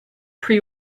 pre